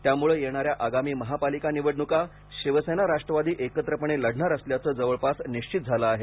त्यामुळे येणाऱ्या आगामी महापालिका निवडणुका शिवसेना राष्ट्रवादी एकत्रपणे लढणार असल्याचे जवळपास निश्चित झाले आहे